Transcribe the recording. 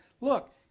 look